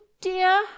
dear